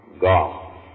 God